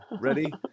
Ready